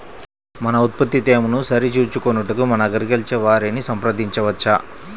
మన ఉత్పత్తి తేమను సరిచూచుకొనుటకు మన అగ్రికల్చర్ వా ను సంప్రదించవచ్చా?